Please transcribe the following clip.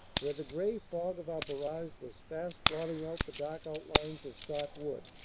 where the gray fog of our barrage was fast blotting out the dark outlines of sart wood.